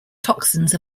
toxins